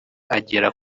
agera